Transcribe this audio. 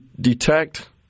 detect